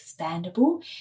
expandable